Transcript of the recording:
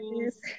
Yes